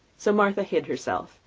so martha hid herself,